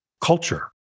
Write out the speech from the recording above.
culture